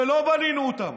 ולא בנינו אותם.